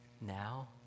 now